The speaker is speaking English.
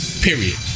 Period